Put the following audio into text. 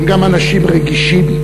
הם גם אנשים רגישים.